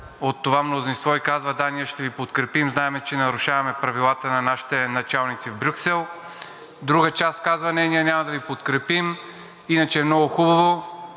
от това мнозинство и казва: „Да, ние ще Ви подкрепим, знаем, че нарушаваме правилата на нашите началници в Брюксел.“, а другата част казва: „Не, ние няма да Ви подкрепим, а иначе е много хубаво.“